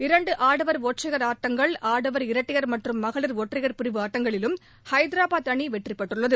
இரண்டு ஆடவர் ஒற்றையர் ஆட்டங்கள் ஆடவர் இரட்டையர் மற்றும் மகளிர் ஒற்றையர் பிரிவு ஆட்டங்களிலும் ஐதரபாத் அணி வெற்றிபெற்றுள்ளது